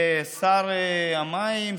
בשר המים,